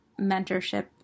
mentorship